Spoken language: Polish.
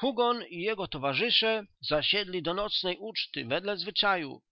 hugon i jego towarzysze zasiedli do nocnej uczty wedle zwyczaju